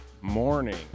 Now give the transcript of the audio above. morning